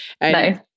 Nice